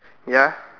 ya